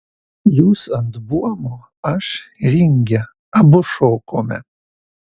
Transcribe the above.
jūs ant buomo aš ringe abu šokome